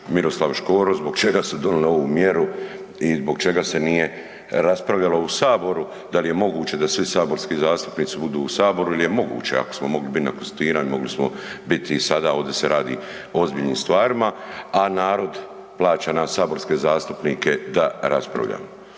Miroslav Škoro, zbog čega su donili ovu mjeru i zbog čega se nije raspravljalo u saboru, da li je moguće da svi saborski zastupnici budu u saboru jer je moguće. Ako smo mogli biti na konstituiranju mogli smo biti i sada, ovdje se radi o ozbiljnim stvarima, a narod plaća nas saborske zastupnike da raspravljamo.